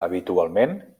habitualment